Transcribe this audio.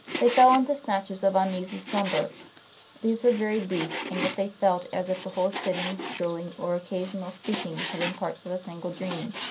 they fell into snatches of uneasy slumber these were very brief, and yet they felt as if the whole sitting, strolling, or occasional speaking had been parts of a single dream.